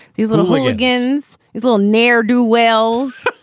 these little agains these little ne'er do wells